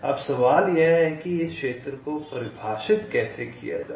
अब सवाल यह है कि इस क्षेत्र को कैसे परिभाषित किया जाए